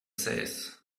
says